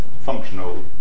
functional